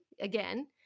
again